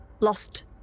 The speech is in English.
lost